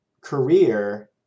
career